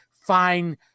fine